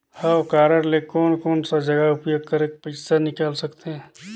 हव कारड ले कोन कोन सा जगह उपयोग करेके पइसा निकाल सकथे?